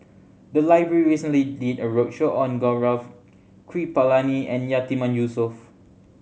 the library recently did a roadshow on Gaurav Kripalani and Yatiman Yusof